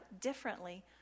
differently